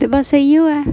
ते बस इयो ऐ